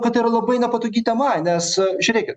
kad ir labai nepatogi tema nes žiūrėkit